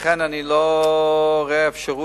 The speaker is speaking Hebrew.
לכן אני לא רואה אפשרות,